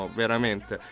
veramente